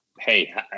Hey